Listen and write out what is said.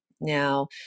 Now